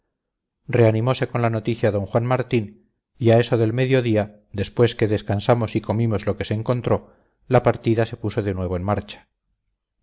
reanimose con la noticia d juan martín y a eso del medio día después que descansamos y comimos lo que se encontró la partida se puso de nuevo en marcha